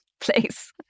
place